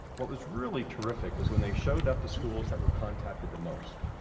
what was really terrific is when they showed up the schools that were contacted the most.